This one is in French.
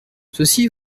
ceci